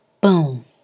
Boom